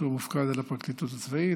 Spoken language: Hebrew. שמופקד על הפרקליטות הצבאית,